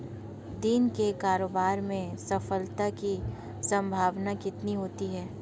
दिन के कारोबार में सफलता की संभावना कितनी होती है?